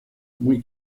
muy